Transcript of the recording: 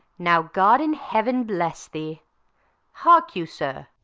now god in heaven bless thee hark you, sir.